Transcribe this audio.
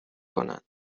کنن